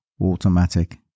automatic